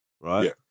right